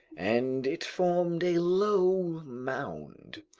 and it formed a low mound.